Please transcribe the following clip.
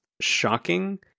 shocking